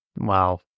Wow